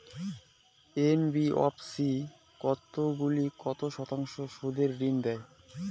NBFC কতগুলি কত শতাংশ সুদে ঋন দেয়?